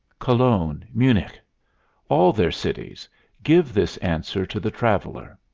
cologne, munich all their cities give this answer to the traveler.